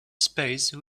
space